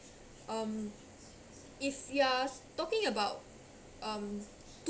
um if you're talking about um